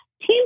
team